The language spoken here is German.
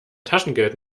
taschengeld